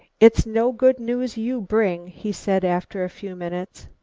it's no good news you bring, he said after a few minutes.